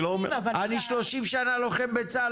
אני לא אומר --- אני 30 שנה לוחם בצה"ל,